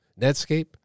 Netscape